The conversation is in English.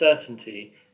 certainty